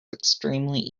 extremely